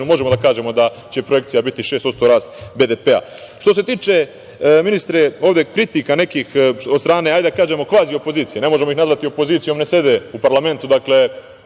možemo da kažemo da će projekcija biti 6% rast BDP-a. Što se tiče, ministre, kritika nekih od strane kvazi opozicija… Ne možemo ih nazvati opozicijom, ne sede u parlamentu. Dakle,